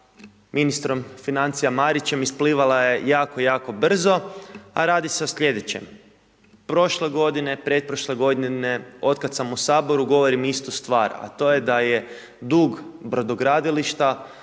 ministrom financija Marićem, isplivala je jako, jako brzo, a radi se o sljedećem. Prošle godine, pretprošle godine, od kad sam u Saboru, govorim istu stvar, a to je da je dug brodogradilišta,